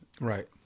Right